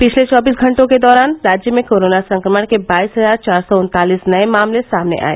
पिछले चौबीस घंटों के दौरान राज्य में कोरोना संक्रमण के बाईस हजार चार सौ उन्तालीस नये मामले सामने आये